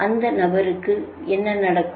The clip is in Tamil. அந்த நபருக்கு என்ன நடக்கும்